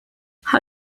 how